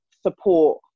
support